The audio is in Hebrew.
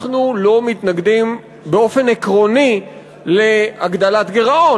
לא מתנגדים באופן עקרוני להגדלת גירעון.